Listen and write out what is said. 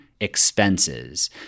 expenses